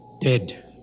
Dead